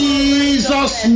Jesus